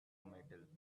metal